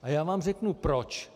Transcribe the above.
A já vám řeknu proč.